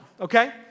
okay